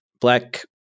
Black